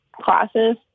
classes